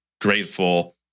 grateful